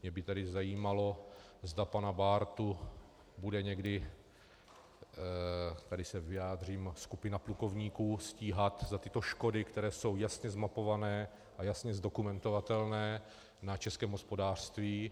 Mě by tedy zajímalo, zda pana Bártu bude někdy tady se vyjádřím skupina plukovníků stíhat za tyto škody, které jsou jasně zmapované a jasně zdokumentovatelné na českém hospodářství.